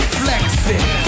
flexing